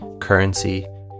currency